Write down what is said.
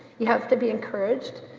you have to be encouraged.